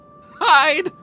Hide